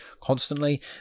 constantly